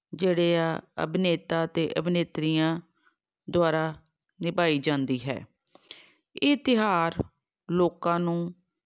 ਜਿਹੜੇ ਆ ਅਭਿਨੇਤਾ ਅਤੇ ਅਭਿਨੇਤਰੀਆਂ ਦੁਆਰਾ ਨਿਭਾਈ ਜਾਂਦੀ ਹੈ ਇਹ ਤਿਉਹਾਰ ਲੋਕਾਂ ਨੂੰ